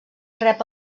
rep